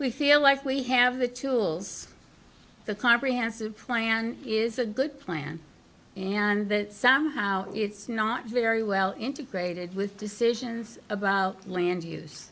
we feel like we have the tools the comprehensive plan is a good plan and that somehow it's not very well integrated with decisions about land use